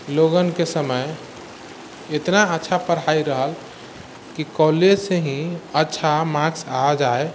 लोगनके समय एतना अच्छा पढ़ाइ रहल कि कॉलेजसँ ही अच्छा मार्क्स आइ जाइ